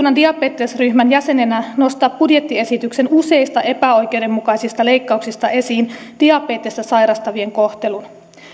diabetesryhmän jäsenenä nostaa budjettiesityksen useista epäoikeudenmukaisista leikkauksista esiin diabetesta sairastavien kohtelun